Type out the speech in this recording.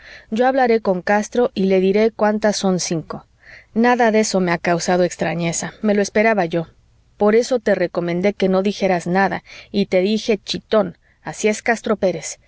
yo hablaré con castro y le diré cuántas son cinco nada de eso me ha causado extrañeza me lo esperaba yo por eso te recomendé que no dijeras nada y te dije chitón así es castro pérez